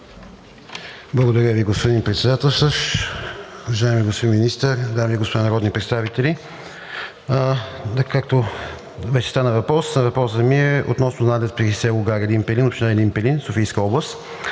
Благодаря Ви, господин Председателстващ. Уважаеми господин Министър, дами и господа народни представители! Както вече стана дума, въпросът ми е относно надлез при село Гара Елин Пелин, община Елин Пелин, Софийска област.